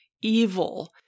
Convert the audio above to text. evil